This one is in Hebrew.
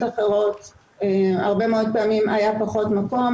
אחרות הרבה מאוד פעמים היה פחות מקום,